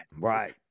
Right